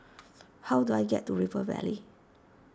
how do I get to River Valley